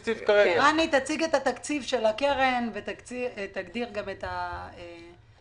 תציג את התקציב של הקרן ותגדיר גם את הכספים,